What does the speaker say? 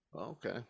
okay